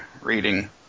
reading